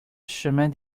chemin